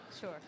Sure